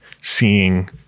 seeing